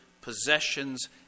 possessions